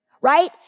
right